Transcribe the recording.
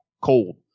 cold